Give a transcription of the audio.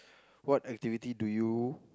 what activity do you